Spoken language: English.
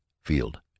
Field